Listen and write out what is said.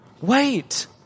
wait